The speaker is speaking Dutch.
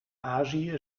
azië